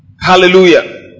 Hallelujah